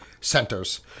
centers